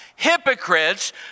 Hypocrites